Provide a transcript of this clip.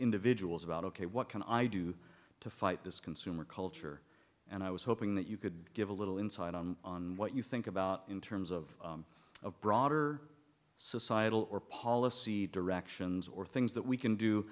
individuals about ok what can i do to fight this consumer culture and i was hoping that you could give a little insight on what you think about in terms of a broader societal or policy directions or things that we can do